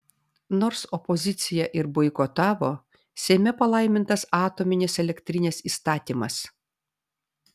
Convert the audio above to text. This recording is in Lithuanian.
nors opozicija ir boikotavo seime palaimintas atominės elektrinės įstatymas